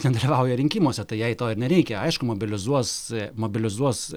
nedalyvauja rinkimuose tai jai to ir nereikia aišku mobilizuos mobilizuos